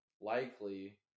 likely